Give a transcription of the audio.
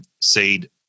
seed